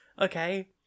okay